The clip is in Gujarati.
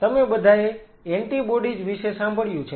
તમે બધાએ એન્ટિબોડીઝ વિશે સાંભળ્યું છે